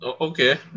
okay